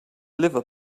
liver